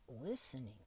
listening